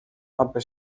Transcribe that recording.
aby